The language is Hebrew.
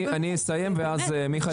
אסיים ואז מיכאל יחליף אותי.